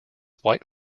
white